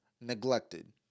neglected